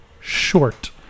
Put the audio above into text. Short